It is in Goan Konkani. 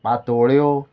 पातोळ्यो